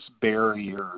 barriers